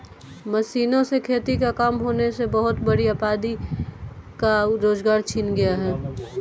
मशीनों से खेती का काम होने से बहुत बड़ी आबादी का रोजगार छिन गया है